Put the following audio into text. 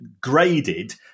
graded